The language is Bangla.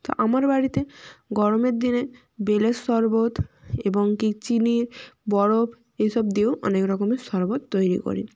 তো আমার বাড়িতে গরমের দিনে বেলের শরবত এবং কী চিনির বরপ এই সব দিয়েও অনেক রকমের শরবত তৈরি করি